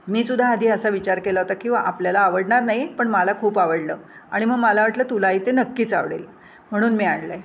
मी सुद्धा आधी असा विचार केला होता की व आपल्याला आवडणार नाही पण मला खूप आवडलं आणि मग मला वाटलं तुलाही ते नक्कीच आवडेल म्हणून मी आणलं आहे